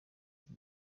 iki